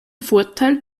vorteil